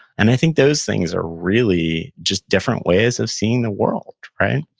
and, i think those things are really just different ways of seeing the world, right?